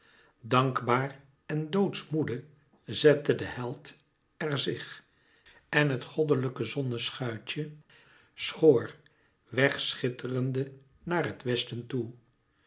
dankbaar en doodsmoede zette de held er zich en het goddelijke zonneschuitje schoot wèg schitterende naar het westen toe